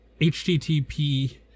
http